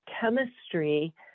chemistry